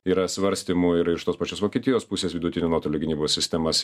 yra svarstymų ir iš tos pačios vokietijos pusės vidutinių nuotolių gynybos sistemas